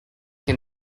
can